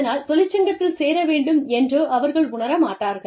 அதனால் தொழிற்சங்கத்தில் சேர வேண்டும் என்று அவர்கள் உணர மாட்டார்கள்